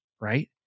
right